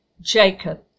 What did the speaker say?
Jacob